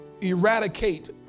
eradicate